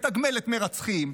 מתגמלת מרצחים,